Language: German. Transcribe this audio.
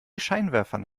scheinwerfern